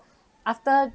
after